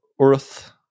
earth